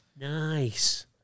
Nice